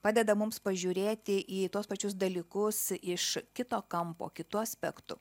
padeda mums pažiūrėti į tuos pačius dalykus iš kito kampo kitu aspektu